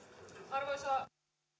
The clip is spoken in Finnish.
arvoisa puhemies